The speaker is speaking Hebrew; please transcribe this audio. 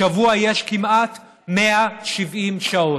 בשבוע יש כמעט 170 שעות,